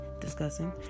discussing